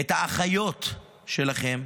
את האחיות שלכם,